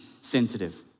sensitive